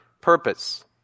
purpose